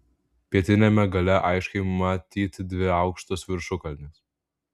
pietiniame gale aiškiai matyti dvi aukštos viršukalnės